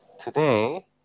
today